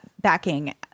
backing